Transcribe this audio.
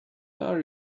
are